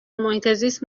محیطزیست